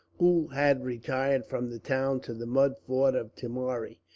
who had retired from the town to the mud fort of timari,